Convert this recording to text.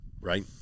right